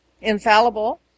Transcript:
infallible